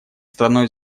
страной